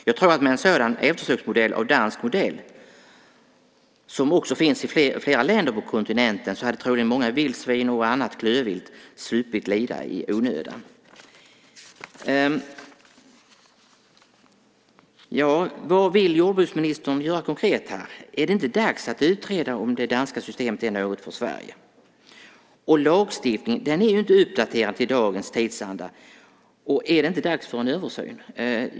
Jag tror att med en sådan eftersöksorganisation av dansk modell, som också finns i flera länder på kontinenten, så hade troligen många vildsvin och annat klövvilt sluppit lida i onödan. Vad vill jordbruksministern göra konkret här? Är det inte dags att utreda om det danska systemet är något för Sverige? Lagstiftningen är inte uppdaterad till dagens tidsanda. Är det inte dags för en översyn?